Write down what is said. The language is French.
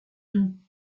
tout